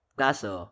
kaso